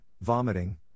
vomiting